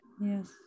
Yes